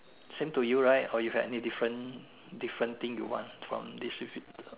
same to you right or you had any different different thing you want from this